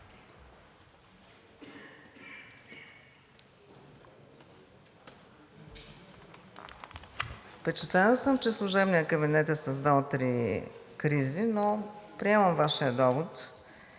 Впечатлена съм, че служебният кабинет е създал три кризи, но приемам Вашия довод.